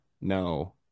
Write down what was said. No